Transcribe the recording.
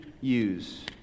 use